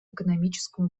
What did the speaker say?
экономическом